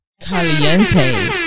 Caliente